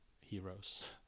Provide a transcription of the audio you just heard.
heroes